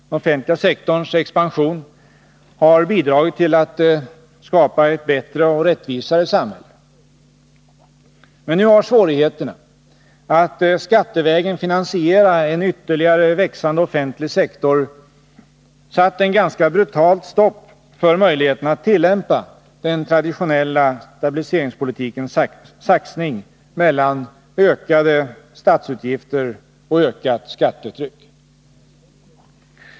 Den offentliga sektorns expansion har bidragit till att skapa ett bättre och rättvisare samhälle. Men nu har svårigheterna att skattevägen finansiera en ytterligare växande offentlig sektor satt ett ganska brutalt stopp för möjligheterna att tillämpa den traditionella stabiliseringspolitikens saxning mellan ökade statsutgifter och ökat skattetryck.